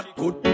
good